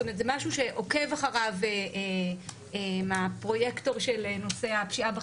זאת אומרת: זה משהו שעוקב אחריו הפרויקטור של נושא הפשיעה בחברה הערבית.